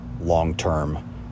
long-term